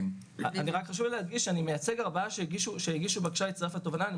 חשוב לי להדגיש שאני מייצג 4 שהגישו בקשה להצטרף לתובענה.